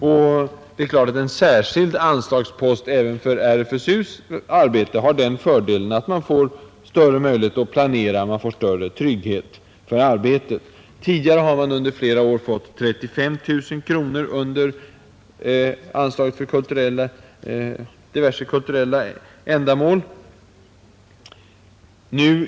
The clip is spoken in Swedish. Och det är klart att en särskild anslagspost även för RFSU:s arbete har den fördelen att man får större möjlighet att planera, man får större trygghet för arbetet. Tidigare har man under flera år fått 35 000 kronor ur anslaget Bidrag till särskilda kulturella ändamål.